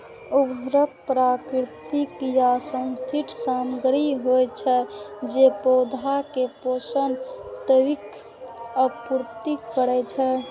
उर्वरक प्राकृतिक या सिंथेटिक सामग्री होइ छै, जे पौधा मे पोषक तत्वक आपूर्ति करै छै